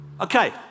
Okay